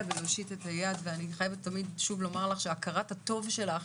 ולהושיט את היד ואני חייבת פשוט לומר לך שהכרת הטוב שלך